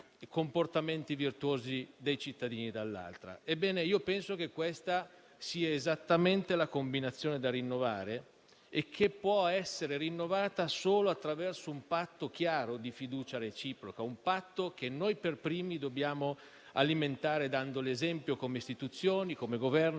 comportamenti virtuosi dei cittadini, dall'altra. Ebbene, io penso che questa sia esattamente la combinazione da rinnovare e che può essere rinnovata solo attraverso un patto chiaro di fiducia reciproca, un patto che noi per primi dobbiamo alimentare dando l'esempio come Istituzioni, come Governo